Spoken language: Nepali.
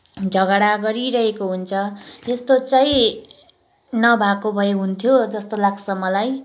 झगडा गरिरहेको हुन्छ यस्तो चाहिँ नभएको भए हुन्थ्यो जस्तो लाग्छ मलाई